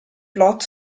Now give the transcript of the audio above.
plot